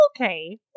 okay